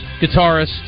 guitarist